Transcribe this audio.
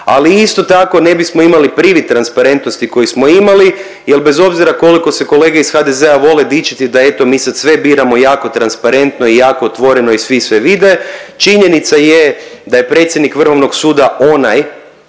ali isto tako ne bismo imali privid transparentnosti koji smo imali jel bez obzira koliko se kolege iz HDZ-a vole dičiti da eto mi sad sve biramo jako transparentno i jako otvoreno i svi sve vide, činjenica je da je predsjednik Vrhovnog suda onaj